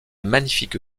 magnifique